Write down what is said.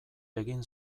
egin